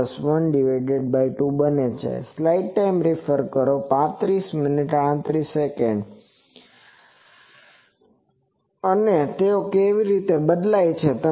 અને તેઓ કેવી રીતે બદલાય છે